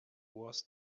was